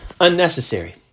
unnecessary